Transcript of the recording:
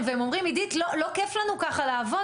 והם אומרים עידית לא כיף לנו ככה לעבוד,